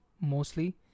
mostly